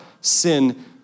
sin